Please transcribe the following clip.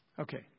Okay